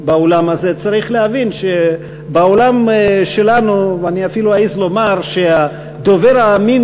צריך להבין שבעולם שלנו אני אפילו אעז לומר שהדובר האמין